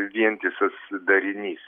vientisas darinys